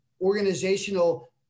organizational